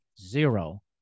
zero